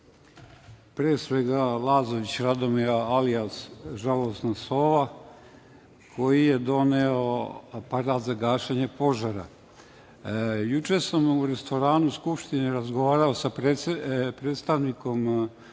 pre svega Lazovića Radomira, alijas „žalosna sova“ koji je doneo aparat za gašenje požara. Juče sam u restoranu Skupštine razgovarao sa predstavnikom